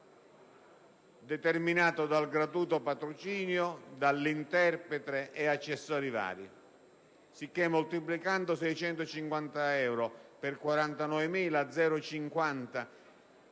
determinato dal gratuito patrocinio, dall'interprete e accessori vari. Quindi, moltiplicando 650 euro per 49.050,